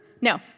No